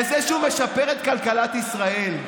בזה שהוא משפר את כלכלת ישראל?